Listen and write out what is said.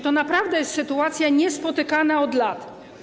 To naprawdę sytuacja niespotykana od lat.